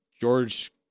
George